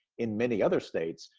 in many other states,